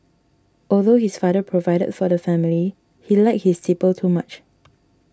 although his father provided for the family he liked his tipple too much